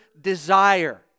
desire